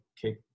kick